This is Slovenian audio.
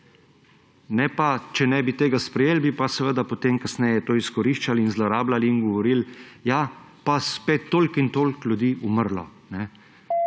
umrli. Če ne bi tega sprejeli, bi pa seveda potem kasneje to izkoriščali in zlorabljali in govorili, ja, pa je spet toliko in toliko ljudi umrlo.